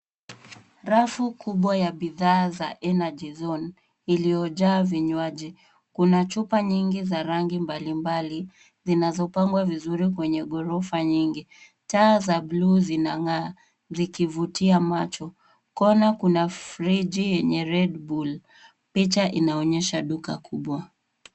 Rafu kubwa ya bidhaa za Energy Zone iliyojaa vinywaji. Kuna chupa nyingi za rangi mbalimbali zinazopangwa vizuri kwenye ghorofa nyingi. Taa za buluu zinang'aa zikivutia macho. Kona kuna friji yenye RedBull. Picha inaonyesha duka kubwa.